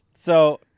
So-